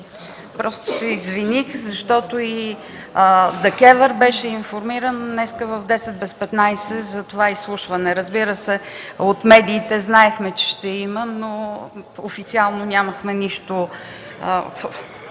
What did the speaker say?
Просто се извиних, защото и ДКЕВР беше информиран днес в 9,45 ч. за това изслушване. Разбира се, от медиите знаехме, че ще има, но официално нямахме нищо